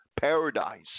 paradise